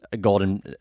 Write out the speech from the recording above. golden